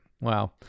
wow